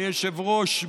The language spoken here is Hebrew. אדוני היושב-ראש,